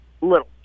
little